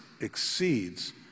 exceeds